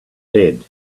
head